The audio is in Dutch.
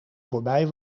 voorbij